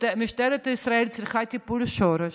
משטרת ישראל צריכה טיפול שורש,